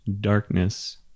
darkness